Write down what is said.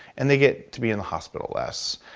and they get to be in the hospital less.